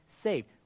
saved